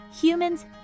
humans